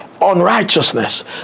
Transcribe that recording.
unrighteousness